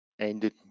ended